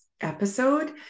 episode